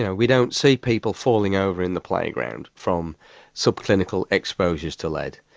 yeah we don't see people falling over in the playground from subclinical exposures to lead.